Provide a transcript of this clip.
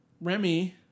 Remy